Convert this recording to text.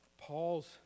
Paul's